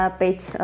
page